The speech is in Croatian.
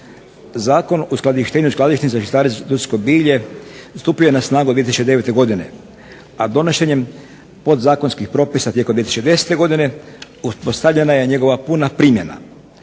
i skladišnici za žitarice i industrijsko bilje stupio je na snagu 2009. godine, a donošenjem podzakonskih propisa tijekom 2010. godine uspostavljena je njegova puna primjena.